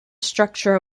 structure